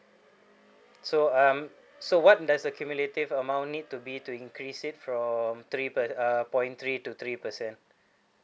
so um so what does the accumulative amount need to be to increase it from three per~ uh point three to three percent